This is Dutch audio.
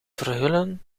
verhullen